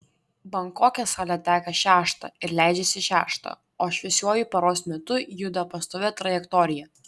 bankoke saulė teka šeštą ir leidžiasi šeštą o šviesiuoju paros metu juda pastovia trajektorija